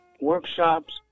workshops